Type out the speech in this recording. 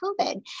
COVID